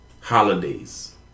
Holidays